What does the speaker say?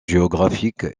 géographique